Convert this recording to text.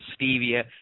stevia